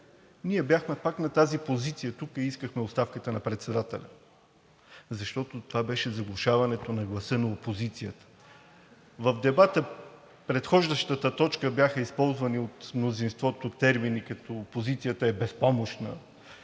Ние бяхме пак на тази позиция тук и искахме оставката на председателя, защото това беше заглушаването на гласа на опозицията. В дебата, предхождащата точка, бяха използвани от мнозинството термини, като: „Опозицията е безпомощна,